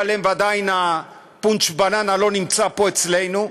עליהם ועדיין ה"פונץ'-בננה" לא נמצא פה אצלנו.